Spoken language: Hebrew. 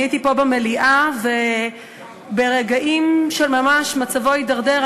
אני הייתי פה במליאה, וממש ברגעים מצבו הידרדר.